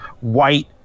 white